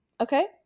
okay